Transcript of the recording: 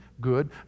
good